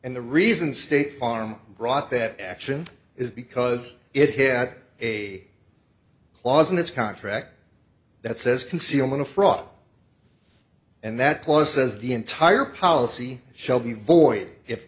and the reason state farm brought that action is because it had a clause in his contract that says concealment of fraud and that clause says the entire policy shall be void if